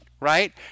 right